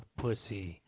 pussy